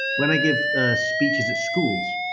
when i give ah speeches at schools,